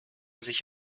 sich